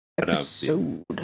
Episode